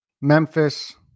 Memphis